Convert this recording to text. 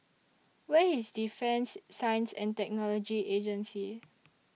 Where IS Defence Science and Technology Agency